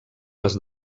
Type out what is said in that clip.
les